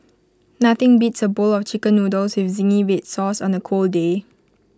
nothing beats A bowl of Chicken Noodles with Zingy Red Sauce on A cold day